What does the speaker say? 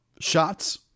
shots